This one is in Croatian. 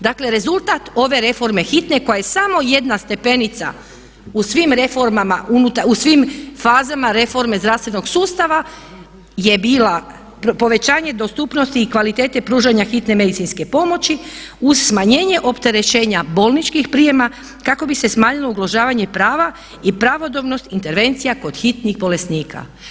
Dakle rezultat ove reforme hitne koja je samo jedna stepenica u svim reformama unutar, u svim fazama reforme zdravstvenog sustava je bila povećanje dostupnosti i kvalitete pružanja hitne medicinske pomoći uz smanjenje opterećenja bolničkih prijema kako bi se smanjilo ugrožavanje prava i pravodobnost intervencija kod hitnih bolesnika.